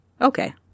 Okay